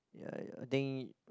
ya ya think